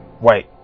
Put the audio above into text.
Wait